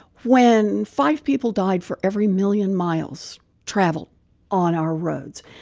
when five people died for every million miles traveled on our roads.